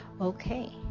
okay